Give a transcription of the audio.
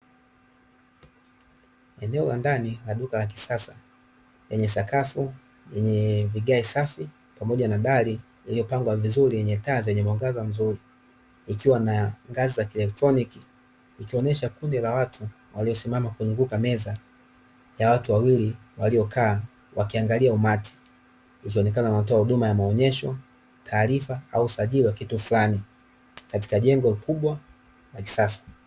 Eneo la ndani la duka la kisasa; lenye sakafu, lenye vigae safi, pamoja na dali iliyopangwa vizuri, yenye taa zenye mwangaza mzuri; ikiwa na ngazi za elektroniki, ikionyesha kundi la watu wamesimama kuizunguuka meza ya watu wawili waliokaa wakiangalia umati; wakionekana watoa huduma ya maonyesho, taarifa, au usajiri wa kitu fulani katika jengo kubwa la kisasa.